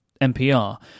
NPR